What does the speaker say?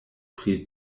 pri